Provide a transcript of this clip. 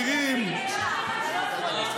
מי שמטריד על רקע לאומני, חברים, אסור לצלם.